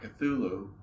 Cthulhu